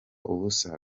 ubusa